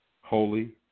holy